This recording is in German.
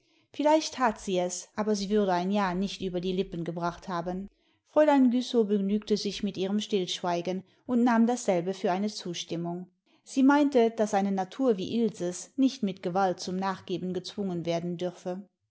vielleicht that sie es aber sie würde ein ja nicht über die lippen gebracht haben fräulein güssow begnügte sich mit ihrem stillschweigen und nahm dasselbe für eine zustimmung sie meinte daß eine natur wie ilses nicht mit gewalt zum nachgeben gezwungen werden dürfe